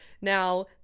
Now